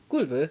cool [pe]